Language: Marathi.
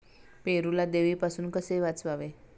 पेरूला देवीपासून कसे वाचवावे?